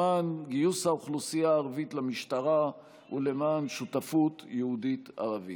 למען גיוס האוכלוסייה הערבית למשטרה ולמען שותפות יהודית-ערבית.